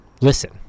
Listen